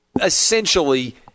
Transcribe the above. essentially